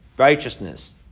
righteousness